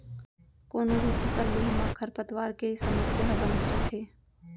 कोनों भी फसल लेहे म खरपतवार के समस्या ह बनेच रथे